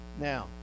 Now